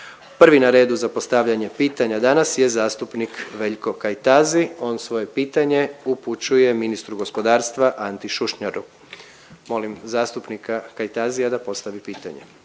Prvi na redu za postavljanje pitanja danas je zastupnik Veljko Kajtazi on svoje pitanje upućuje ministru gospodarstva Anti Šušnjaru. Molim zastupnika Kajtazija da postavi pitanje.